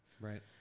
Right